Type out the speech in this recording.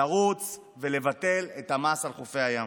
לרוץ ולבטל את המס על החד-פעמי.